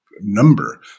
number